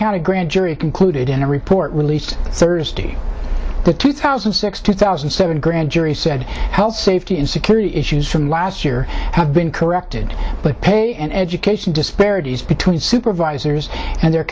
county grand jury concluded in a report released thursday the two thousand and six two thousand and seven grand jury said health safety and security issues from last year have been corrected but pay and education disparities between supervisors and their